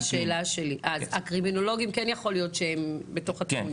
זאת הייתה השאלה שלי אז יכול להיות שהקרימינולוגים הם בתוך התמונה.